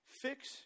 fix